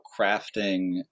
crafting